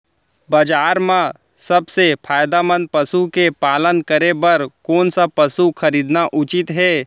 बजार म सबसे फायदामंद पसु के पालन करे बर कोन स पसु खरीदना उचित हे?